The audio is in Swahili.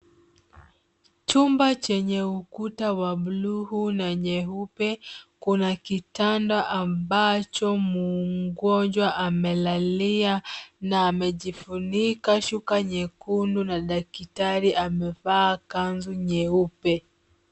Chumba chenye ukuta wa blue , na nyeupe, kuna kitanda ambacho mgonjwa amelalia, na amejifunika shuka nyekundu, na daktari amevaa kanzu nyeupe.